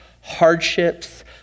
hardships